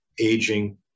aging